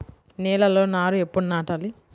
నేలలో నారు ఎప్పుడు నాటాలి?